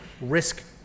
risk